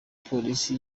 polisi